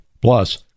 Plus